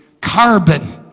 carbon